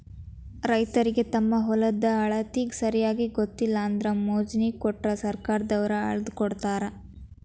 ರೈತರಿಗೆ ತಮ್ಮ ಹೊಲದ ಅಳತಿ ಸರಿಯಾಗಿ ಗೊತ್ತಿಲ್ಲ ಅಂದ್ರ ಮೊಜ್ನಿ ಕೊಟ್ರ ಸರ್ಕಾರದವ್ರ ಅಳ್ದಕೊಡತಾರ